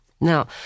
Now